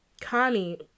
Connie